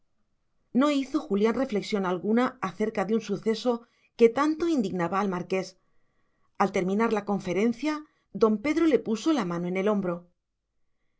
no hizo julián reflexión alguna acerca de un suceso que tanto indignaba al marqués al terminar la conferencia don pedro le puso la mano en el hombro